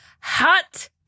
hot